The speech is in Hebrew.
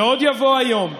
ועוד יבוא היום,